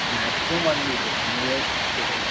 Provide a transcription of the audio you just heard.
maximum one week അതിനുള്ളിൽ ചെയ്തേക്കാം